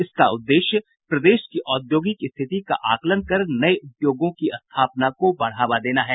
इसका उद्देश्य प्रदेश की औद्योगिक स्थिति का आकलन कर नये उद्योगों की स्थापना को बढ़ावा देना है